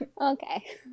Okay